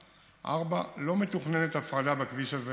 4. לא מתוכננת הפרדה בכביש הזה